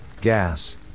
gas